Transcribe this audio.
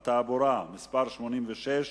פקודת התעבורה (מס' 86),